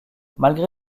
malgré